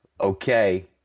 okay